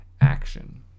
action